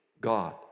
God